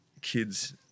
kids